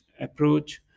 approach